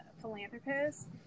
philanthropist